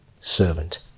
servant